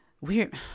weird